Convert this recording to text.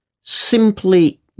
simply